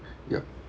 ya